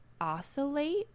oscillate